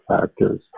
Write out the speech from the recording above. factors